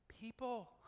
People